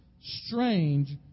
strange